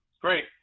Great